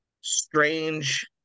strange